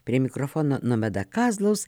prie mikrofono nomeda kazlos